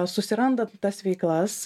susirandant tas veiklas